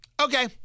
okay